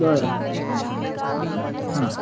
बरं